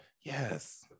Yes